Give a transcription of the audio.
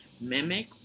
mimic